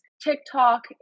TikTok